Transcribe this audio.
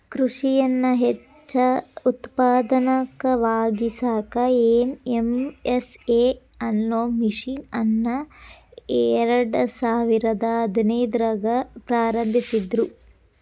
ಕೃಷಿಯನ್ನ ಹೆಚ್ಚ ಉತ್ಪಾದಕವಾಗಿಸಾಕ ಎನ್.ಎಂ.ಎಸ್.ಎ ಅನ್ನೋ ಮಿಷನ್ ಅನ್ನ ಎರ್ಡಸಾವಿರದ ಹದಿನೈದ್ರಾಗ ಪ್ರಾರಂಭಿಸಿದ್ರು